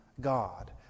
God